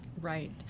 Right